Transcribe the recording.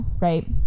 right